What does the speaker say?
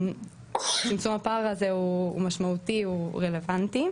צמצום הפער הזה הוא מאוד משמעותי ומאוד רלוונטי.